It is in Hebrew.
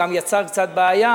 הוא גם יצר קצת בעיה,